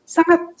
Sangat